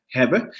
hebben